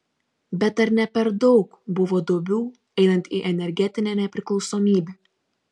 bet ar ne per daug buvo duobių einant į energetinę nepriklausomybę